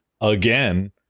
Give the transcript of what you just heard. again